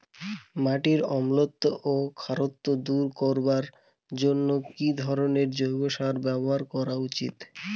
মাটির অম্লত্ব ও খারত্ব দূর করবার জন্য কি ধরণের জৈব সার ব্যাবহার করা উচিৎ?